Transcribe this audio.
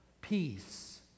peace